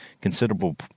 considerable